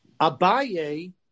Abaye